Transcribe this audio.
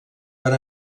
per